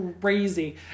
crazy